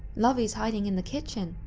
lovie is hiding in the kitchen,